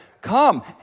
come